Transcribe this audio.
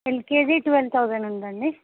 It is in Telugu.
ఎల్కేజి ట్వెల్వ్ థౌజండ్ ఉందండి